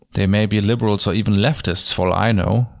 they may be liberals or even leftists for all i know.